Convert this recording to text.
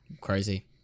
Crazy